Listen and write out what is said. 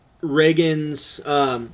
Reagan's –